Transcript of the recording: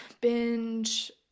binge